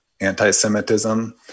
anti-Semitism